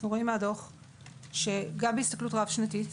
גם בהסתכלות רב-שנתית,